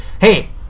Hey